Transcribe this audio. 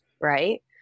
Right